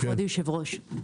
כבוד היושב-ראש,